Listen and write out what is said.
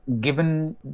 given